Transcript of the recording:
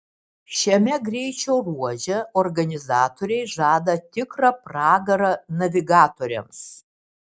šiame greičio ruože organizatoriai žada tikrą pragarą navigatoriams